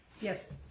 Yes